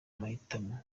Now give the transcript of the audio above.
amahitamo